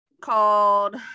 called